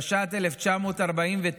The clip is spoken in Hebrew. התש"ט 1949,